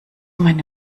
meine